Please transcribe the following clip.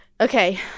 okay